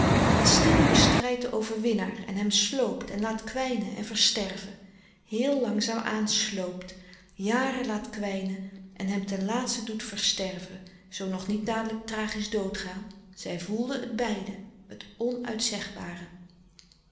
wat stil bestrijdt den overwinnaar en hem sloopt en laat kwijnen en versterven heel langzaam aan sloopt jaren laat kwijnen en hem ten laatste doet versterven zoo nog niet dadelijk tragisch dood gaan zij voelden het beiden het